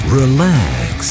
relax